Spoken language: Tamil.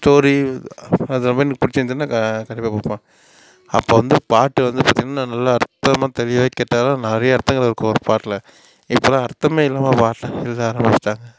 ஸ்டோரி அந்தமாரி பிடிச்சிருந்துதுனா கண்டிப்பாக பார்ப்பேன் அப்போ வந்து பாட்டு வந்து பார்த்திங்கனா நல்ல அர்த்தமாக தெளிவாக கேட்டாலும் நிறைய அர்த்தங்கள் இருக்கும் ஒரு பாட்டில் இப்பலாம் அர்த்தமே இல்லாமல் பாட்டு எழுத ஆரம்பித்துட்டாங்க